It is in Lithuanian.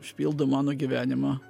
užpildo mano gyvenimą